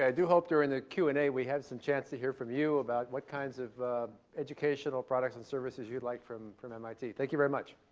ah do hope during the q and a we have some chance to hear from you about what kinds of educational products and services you'd like from from mit. thank you very much.